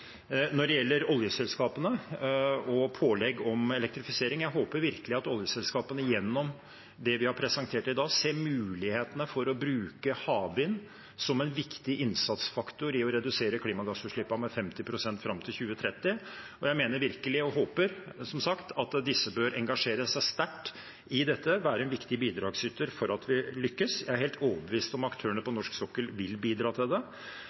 Når det gjelder oljeselskapene og pålegg om elektrifisering, håper jeg virkelig at oljeselskapene gjennom det vi har presentert i dag, ser mulighetene for å bruke havvind som en viktig innsatsfaktor i å redusere klimagassutslippene med 50 pst. fram til 2030. Jeg mener virkelig – og håper, som sagt – at disse bør engasjere seg sterkt i dette og være en viktig bidragsyter for at vi lykkes. Jeg er helt overbevist om at aktørene på norsk sokkel vil bidra til det. Så var det det